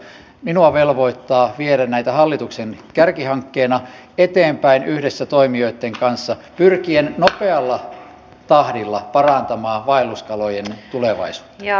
minua velvoittaa viedä näitä hallituksen kärkihankkeena eteenpäin yhdessä toimijoitten kanssa pyrkien nopealla tahdilla parantamaan vaelluskalojen tulevaisuutta